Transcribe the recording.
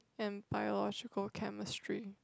and biological chemistry